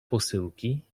posyłki